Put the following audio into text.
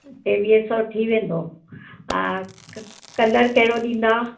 टेवीह सौ थी वेंदो हा त कलर कहिड़ो ॾींदा